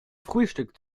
frühstück